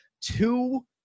two